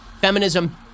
feminism